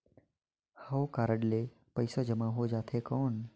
हव कारड ले पइसा जमा हो जाथे कौन?